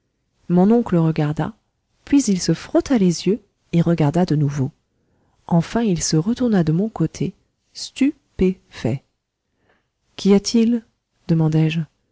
mon oncle regarda puis il se frotta les yeux et regarda de nouveau enfin il se retourna de mon côté stupéfait qu'y a-t-il